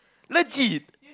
legit